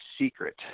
secret